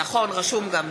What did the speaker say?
נכון, רשום גם.